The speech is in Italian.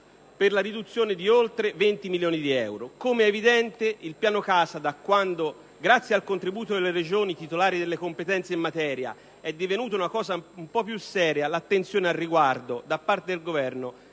con la riduzione di oltre 20 milioni di euro. Com'è evidente, da quando il piano casa, grazie al contributo delle Regioni titolari delle competenze in materia, è divenuto una cosa un po' più seria, l'attenzione al riguardo da parte del Governo